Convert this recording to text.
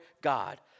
God